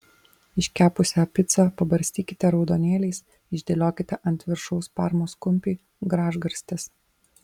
iškepusią picą pabarstykite raudonėliais išdėliokite ant viršaus parmos kumpį gražgarstes